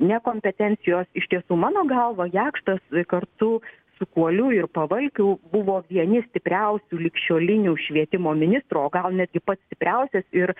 nekompetencijos iš tiesų mano galva jakštas kartu su kuoliu ir pavalkiu buvo vieni stipriausių ligšiolinių švietimo ministro o gal netgi pats stipriausias ir